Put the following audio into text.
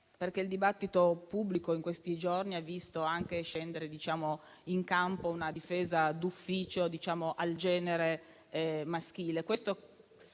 Il dibattito pubblico in questi giorni ha visto anche scendere in campo una difesa d'ufficio del genere maschile,